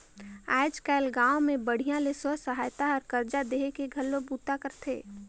आयज कायल गांव मे बड़िहा ले स्व सहायता हर करजा देहे के घलो बूता करथे